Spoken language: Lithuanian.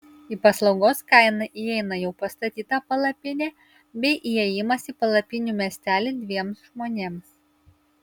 į paslaugos kainą įeina jau pastatyta palapinė bei įėjimas į palapinių miestelį dviems žmonėms